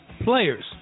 players